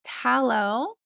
tallow